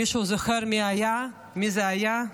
מישהו זוכר מי זה היה?